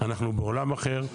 אנחנו בעולם אחר,